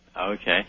Okay